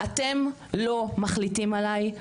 אתם לא מחליטים עלי,